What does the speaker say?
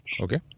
Okay